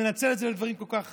מנצל את זה לדברים כל כך רעים.